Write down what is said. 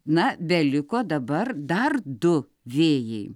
na beliko dabar dar du vėjai